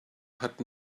hat